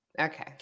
Okay